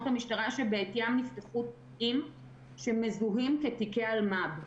המשטרה שבעטיים נפתחו תיקים שמזוהים כתיקי אלמ"ב.